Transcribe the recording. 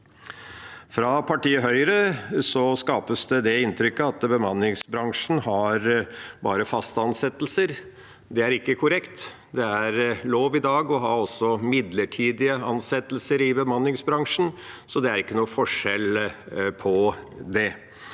Fra partiet Høyre skapes det inntrykket at bemanningsbransjen bare har faste ansettelser. Det er ikke korrekt. Det er lov i dag også å ha midlertidige ansettelser i bemanningsbransjen, så det er ikke noen forskjell på det.